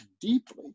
deeply